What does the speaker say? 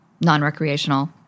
non-recreational